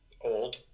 old